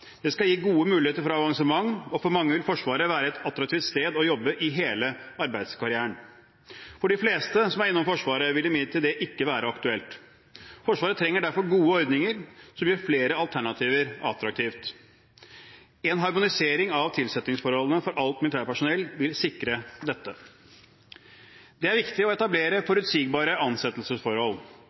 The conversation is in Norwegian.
skal gi gode muligheter for avansement, og for mange vil Forsvaret være et attraktivt sted å jobbe i hele arbeidskarrieren. For de fleste som er innom Forsvaret, vil imidlertid det ikke være aktuelt. Forsvaret trenger derfor gode ordninger som gjør flere alternativer attraktive. En harmonisering av tilsettingsforholdene for alt militært personell vil sikre dette. Det er viktig å etablere forutsigbare ansettelsesforhold.